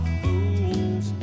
fools